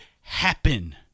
happen